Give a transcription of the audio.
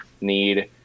need